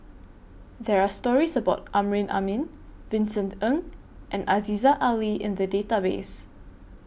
There Are stories about Amrin Amin Vincent Ng and Aziza Ali in The Database